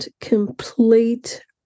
Complete